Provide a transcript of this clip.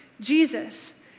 Jesus